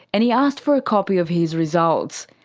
and he asked for a copy of his results.